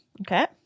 Okay